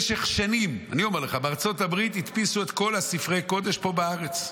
במשך שנים בארצות הברית הדפיסו את כל ספרי הקודש פה בארץ,